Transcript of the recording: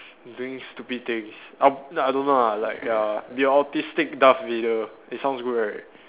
doing stupid things uh no I don't know lah like uh be a autistic Darth Vader it sounds good right